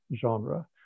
genre